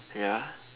ya